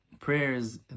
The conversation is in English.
prayers